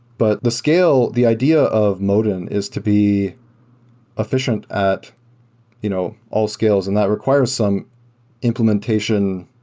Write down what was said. but the scale, the idea of modin is to be efficient at you know all scales, and that requires some implementation.